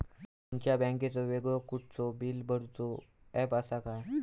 तुमच्या बँकेचो वेगळो कुठलो बिला भरूचो ऍप असा काय?